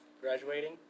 graduating